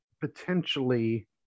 potentially